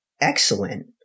excellent